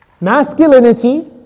Masculinity